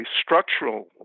structural